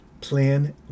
Plan